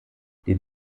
den